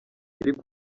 yari